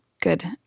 good